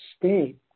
state